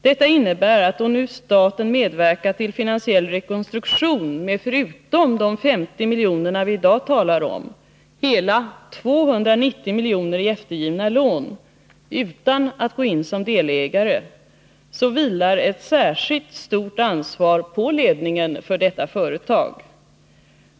Detta innebär att då nu staten medverkat till finansiell rekonstruktion med, förutom de 50 miljoner vi i dag talar om, hela 290 miljoner i eftergivna lån utan att gå in som delägare så vilar ett särskilt stort ansvar på ledningen för detta företag.